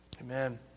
amen